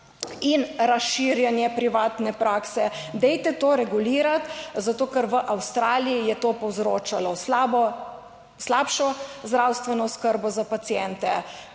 in razširjanje privatne prakse. Dajte to regulirati. Zato ker v Avstraliji je to povzročalo slabo, slabšo zdravstveno oskrbo za paciente,